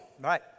Right